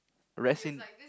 rest in